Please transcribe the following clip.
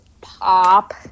pop